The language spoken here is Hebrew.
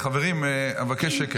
חברים, אבקש שקט.